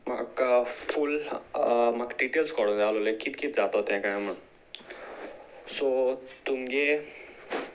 म्हाका फूल म्हाका डिटेल्स कळोंक जायो लायक कितें कितें जातो तें कांय म्हण सो तुमगे